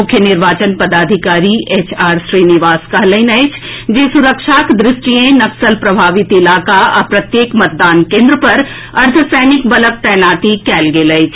मुख्य निर्वाचन पदाधिकारी एच आर श्रीनिवास कहलनि अछि जे सुरक्षाक दृष्टि सँ नक्सल प्रभावित इलाका आ प्रत्येक मतदान केन्द्र पर अर्द्वसैनिक बलक तैनाती कयल गेल अछि